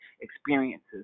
experiences